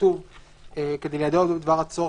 כשכתוב "כדי ליידע אותו בדבר הצורך